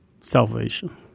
salvation